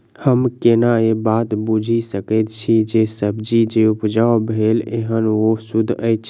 हम केना ए बात बुझी सकैत छी जे सब्जी जे उपजाउ भेल एहन ओ सुद्ध अछि?